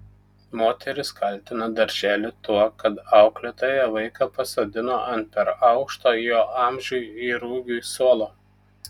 moteris kaltina darželį tuo kad auklėtoja vaiką pasodino ant per aukšto jo amžiui ir ūgiui suolo